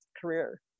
career